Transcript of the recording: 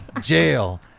jail